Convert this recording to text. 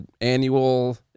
annual